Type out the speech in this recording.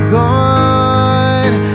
gone